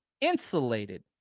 insulated